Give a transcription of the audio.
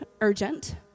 urgent